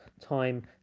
time